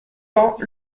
temps